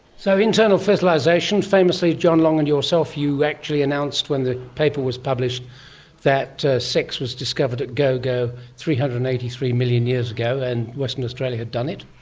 so internal fertilisation, famously john long and yourself, you actually announced when the paper was published that sex was discovered at gogo three hundred and eighty three million years ago and western australia had done it.